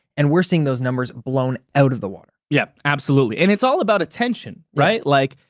and we're seeing those numbers blown out of the water. yeah, absolutely. and it's all about attention, right? like.